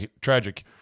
tragic